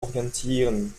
orientieren